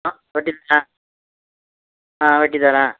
ஆ வெட்டித்தர்றேன்